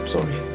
Sorry